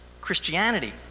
Christianity